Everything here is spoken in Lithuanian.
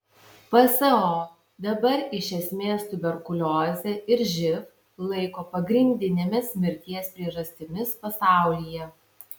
pso dabar iš esmės tuberkuliozę ir živ laiko pagrindinėmis mirties priežastimis pasaulyje